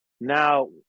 now